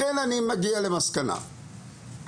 לכן, אני מגיע למסקנה שבלי